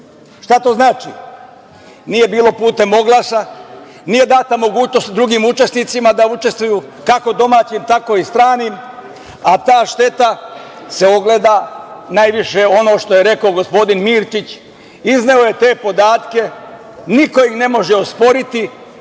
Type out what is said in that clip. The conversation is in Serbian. Šta to znači? Nije bilo putem oglasa, nije data mogućnost drugim učesnicima da učestvuju, kako domaćim, tako i stranim, a ta šteta se ogleda najviše, ono što je rekao gospodin Mirčić, izneo je te podatke, niko ih ne može osporiti.